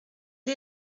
est